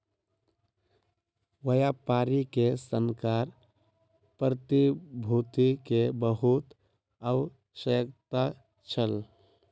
व्यापारी के संकर प्रतिभूति के बहुत आवश्यकता छल